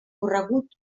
corregut